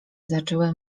zaczęły